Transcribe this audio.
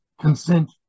consent